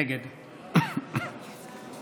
נגד